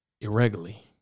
irregularly